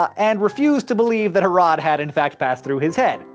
um and refused to believe that a rod had in fact passed through his head,